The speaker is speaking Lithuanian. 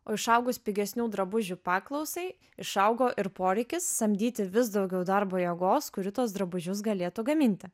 o išaugus pigesnių drabužių paklausai išaugo ir poreikis samdyti vis daugiau darbo jėgos kuri tuos drabužius galėtų gaminti